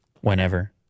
whenever